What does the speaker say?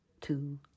two